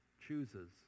chooses